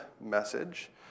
message